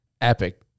Epic